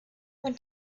what